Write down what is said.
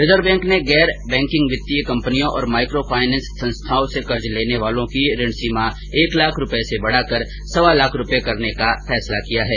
reserve bank ने गैर banking वित्तीय कंपनियों और माइक्रो फाइनेंस संस्थाओं से कर्ज लेने वालों की ऋण सीमा एक लाख रुपये से बढ़ाकर सवा लाख रुपये करने का फैसला किया है